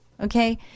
okay